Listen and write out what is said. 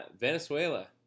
Venezuela